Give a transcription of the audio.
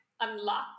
unlock